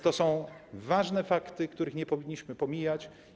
To są ważne fakty, których nie powinniśmy pomijać.